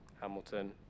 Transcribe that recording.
Hamilton